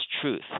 truth